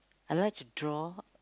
I like to draw